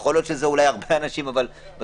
יכול להיות שזה הרבה אנשים אבל בסוף